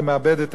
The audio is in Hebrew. זה מאבד את